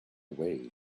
way